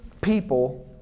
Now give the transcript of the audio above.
people